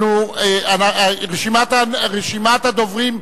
רשימת הדוברים סגורה.